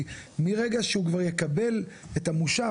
כי מרגע שהוא כבר יקבל את המושב,